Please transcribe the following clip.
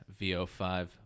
vo5